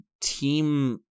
team